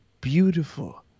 beautiful